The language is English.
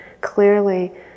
clearly